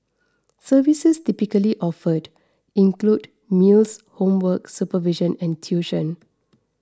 services typically offered include meals homework supervision and tuition